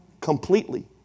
completely